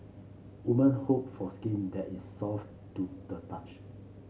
women hope for skin that is soft to the touch